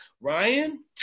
Ryan